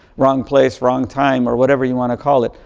wrong place, wrong time, or whatever you want to call it.